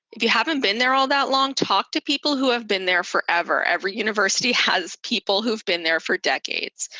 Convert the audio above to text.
if you haven't been there all that long talk, to people who have been there forever. every university has people who've been there for decades.